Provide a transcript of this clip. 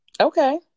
Okay